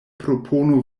propono